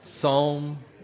Psalm